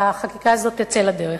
והחקיקה הזאת תצא לדרך.